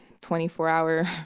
24-hour